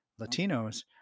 Latinos